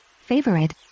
favorite